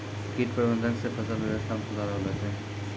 कीट प्रबंधक से फसल वेवस्था मे सुधार होलो छै